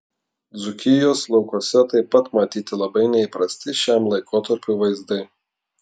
dzūkijos laukuose taip pat matyti labai neįprasti šiam laikotarpiui vaizdai